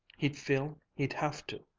he'd feel he'd have to.